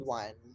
one